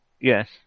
Yes